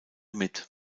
mit